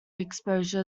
exposure